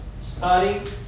study